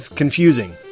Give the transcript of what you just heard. confusing